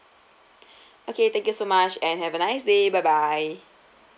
okay thank you so much and have a nice day bye bye